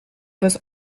was